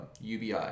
UBI